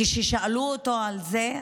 כששאלו אותו על זה,